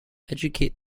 educate